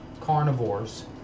carnivores